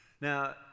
Now